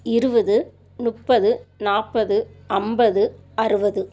இருபது முப்பது நாற்பது ஐம்பது அறுபது